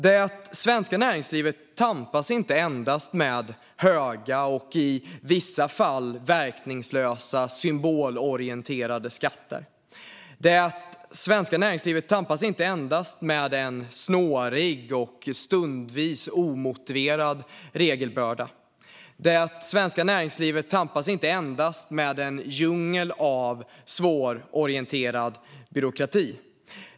Det svenska näringslivet tampas inte endast med höga och i vissa fall verkningslösa och symbolorienterade skatter. Det svenska näringslivet tampas inte endast med en snårig och stundvis omotiverad regelbörda. Det svenska näringslivet tampas inte endast med en djungel av svårorienterad byråkrati.